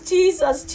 Jesus